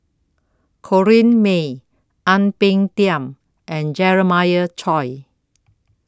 Corrinne May Ang Peng Tiam and Jeremiah Choy